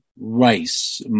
rice